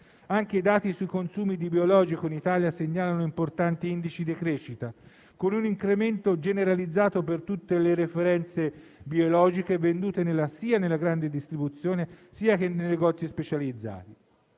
Anche i dati sui consumi di biologico in Italia segnalano importanti indici di crescita, con un incremento generalizzato per tutte le referenze biologiche vendute sia nella grande distribuzione, sia nei negozi specializzati.